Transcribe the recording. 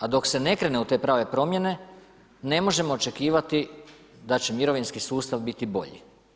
A dok se ne krene u te prave promjene ne možemo očekivati da će mirovinski sustav biti bolji.